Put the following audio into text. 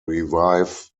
revive